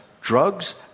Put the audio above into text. drugs